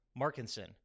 Markinson